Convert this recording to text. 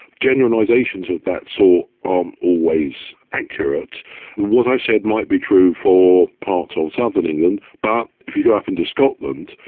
generalisations of that sort aren't always accurate and what i said might be true for parts of southern england, but if you go up into scotland,